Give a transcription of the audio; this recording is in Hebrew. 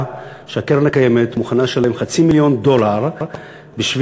שהקרן הקיימת מוכנה לשלם חצי מיליון דולר בשביל